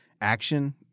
action